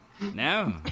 No